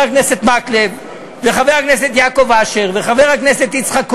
הכנסת מקלב וחבר הכנסת יעקב אשר וחבר הכנסת יצחק כהן.